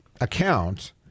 account